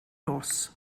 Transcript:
nos